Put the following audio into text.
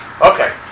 Okay